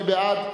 מי בעד?